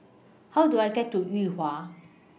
How Do I get to Yuhua